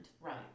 right